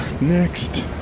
Next